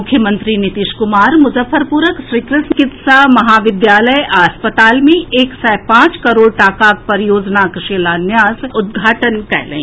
मुख्यमंत्री नीतीश कुमार मुजफ्फरपुरक श्रीकृष्ण चिकित्सा महाविद्यालय आ अस्पताल मे एक सय पांच करोड़ टाकाक परियोजनाक शिलान्यास आ उद्घाटन कएलनि